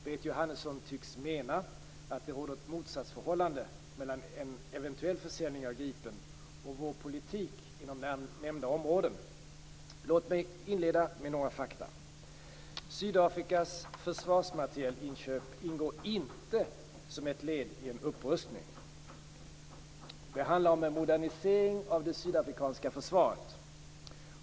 Berit Jóhannesson tycks mena att det råder ett motsatsförhållande mellan en eventuell försäljning av Gripen och vår politik inom nämnda områden. Låt mig inleda med några fakta: - Sydafrikas försvarsmaterielinköp ingår inte som ett led i en upprustning. Det handlar om en modernisering av det sydafrikanska försvaret.